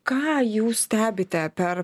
ką jūs stebite per